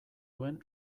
duen